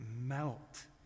melt